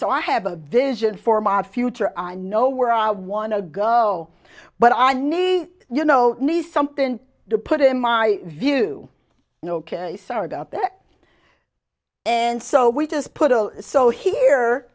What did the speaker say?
so i have a vision for my future i know where i want to go but i need you know nice something to put in my view no ok sorry about that and so we just put so here